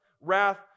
wrath